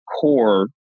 core